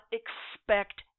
expect